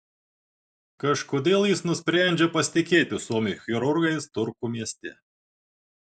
kažkodėl jis nusprendžia pasitikėti suomių chirurgais turku mieste